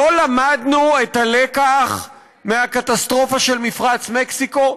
לא למדנו את הלקח מהקטסטרופה של מפרץ מקסיקו?